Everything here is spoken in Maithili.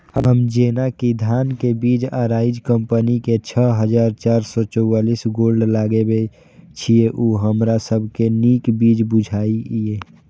हम जेना कि धान के बीज अराइज कम्पनी के छः हजार चार सौ चव्वालीस गोल्ड लगाबे छीय उ हमरा सब के नीक बीज बुझाय इय?